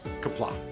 Comply